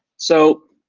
so,